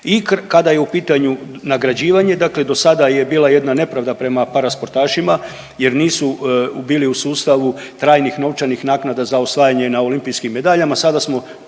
I kada je u pitanju nagrađivanje, dakle dosada je bila jedna nepravda prema parasportašima jer nisu bili u sustavu trajnih novčanih naknada za osvajanje na olimpijskim medaljama, sada smo